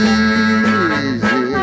easy